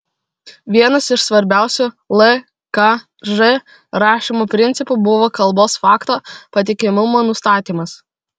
vienas iš svarbiausių lkž rašymo principų buvo kalbos fakto patikimumo nustatymas